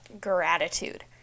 gratitude